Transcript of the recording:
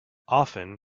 often